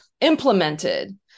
implemented